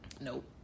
nope